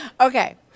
Okay